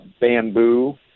bamboo